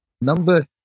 Number